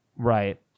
Right